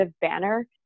banner